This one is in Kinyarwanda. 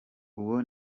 uwo